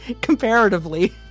comparatively